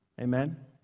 Amen